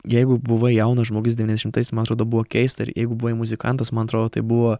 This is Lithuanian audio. jeigu buvai jaunas žmogus devyniasdešimtais man atrodo buvo keista jeigu buvai muzikantas man atrodo tai buvo